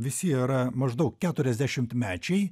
visi yra maždaug keturiasdešimtmečiai